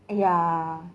ya